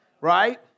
right